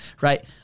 right